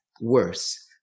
worse